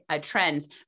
trends